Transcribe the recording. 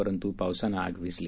परंतु पावसानं आग विझली